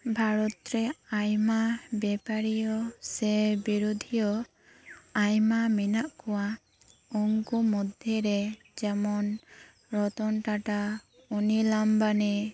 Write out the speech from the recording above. ᱵᱷᱟᱨᱚᱛ ᱨᱮ ᱟᱭᱢᱟ ᱵᱮᱯᱟᱨᱤᱭᱟᱹ ᱥᱮ ᱵᱤᱨᱳᱫᱷᱤᱭᱟᱹ ᱟᱭᱢᱟ ᱢᱮᱱᱟᱜ ᱠᱚᱣᱟ ᱩᱝᱠᱩ ᱢᱩᱫᱽ ᱨᱮ ᱡᱮᱢᱚᱱ ᱨᱚᱛᱚᱱ ᱴᱟᱴᱟ ᱚᱱᱤᱞ ᱟᱢᱵᱟᱱᱤ